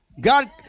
God